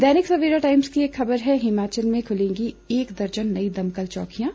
दैनिक Savera Times की एक खबर है हिमाचल में खुलेंगी एक दर्जन नई दमकल चौकियां